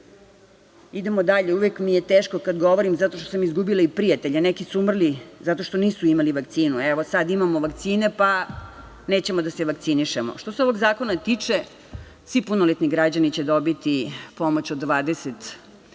decu. Idemo dalje. Uvek mi je teško kada govorim zato što sam izgubila i prijatelje, neki su umrli zato što nisu imali vakcinu. Sad imamo vakcine pa nećemo da se vakcinišemo. Što se ovog zakona tiče, svi punoletni građani će dobiti pomoć od 20